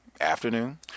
afternoon